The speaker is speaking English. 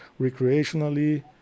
recreationally